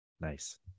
Nice